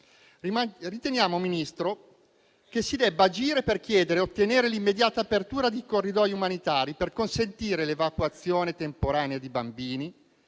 Riteniamo, signor Ministro, che si debba agire per chiedere e ottenere l'immediata apertura di corridoi umanitari, per consentire l'evacuazione temporanea di bambini,